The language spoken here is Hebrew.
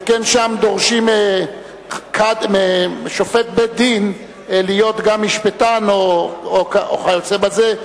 שכן שם דורשים משופט בית-דין להיות גם משפטן וכיוצא בזה,